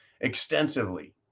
extensively